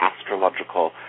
astrological